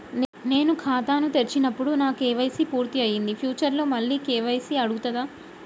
నేను ఖాతాను తెరిచినప్పుడు నా కే.వై.సీ పూర్తి అయ్యింది ఫ్యూచర్ లో మళ్ళీ కే.వై.సీ అడుగుతదా?